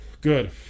Good